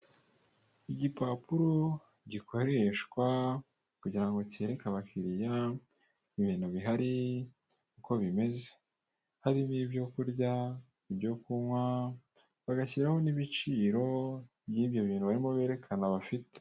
Ipipapuro gikoresha kugira kereke abakiriya ibintu bihari uko bimeze harimo ibyo kurya ibyo kunywa bagashyiraho n'ibiciro by'ibyo bintu barimo berekana bafite.